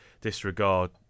disregard